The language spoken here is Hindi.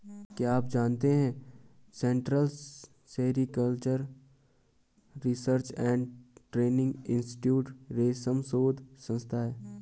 क्या आप जानते है central sericultural research and training institute रेशम शोध संस्थान है?